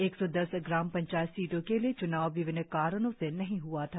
एक सौ दस ग्राम पंचायत सीटो के लिए च्नाव विभिन्न कारणों से नही हुआ था